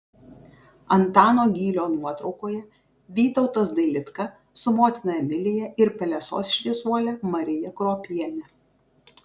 antano gylio nuotraukoje vytautas dailidka su motina emilija ir pelesos šviesuole marija kruopiene